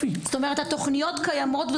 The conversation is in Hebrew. התוכניות קיימות.